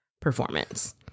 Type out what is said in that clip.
performance